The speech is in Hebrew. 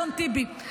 אדון טיבי,